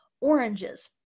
oranges